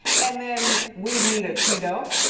and then we'd need a tito.